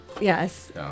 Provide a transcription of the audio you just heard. yes